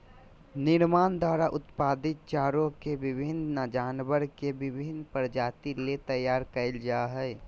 निर्माण द्वारा उत्पादित चारा के विभिन्न जानवर के विभिन्न प्रजाति ले तैयार कइल जा हइ